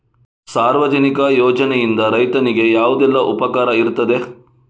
ಸಾರ್ವಜನಿಕ ಯೋಜನೆಯಿಂದ ರೈತನಿಗೆ ಯಾವುದೆಲ್ಲ ಉಪಕಾರ ಇರ್ತದೆ?